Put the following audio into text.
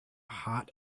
hot